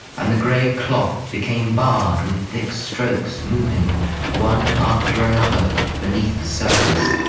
and the gray cloth became barred with thick strokes moving one after another beneath the surface